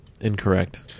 Incorrect